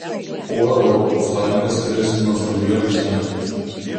kuo europos sąjunga skiriasi nuo sovietų sąjungos